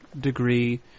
degree